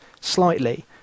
slightly